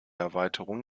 erweiterung